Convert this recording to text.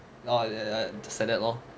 oh I just like that lor